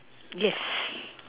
yes